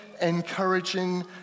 encouraging